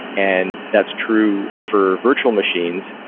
and that's true for virtual machines,